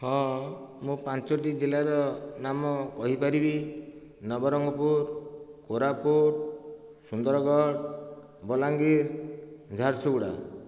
ହଁ ମୁଁ ପାଞ୍ଚଗୋଟି ଜିଲ୍ଲାର ନାମ କହିପାରିବି ନବରଙ୍ଗପୁର କୋରାପୁଟ ସୁନ୍ଦରଗଡ଼ ବଲାଙ୍ଗୀର ଝାରସୁଗୁଡ଼ା